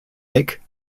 beck